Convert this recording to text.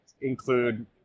include